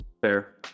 fair